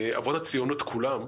אבות הציונות כולם,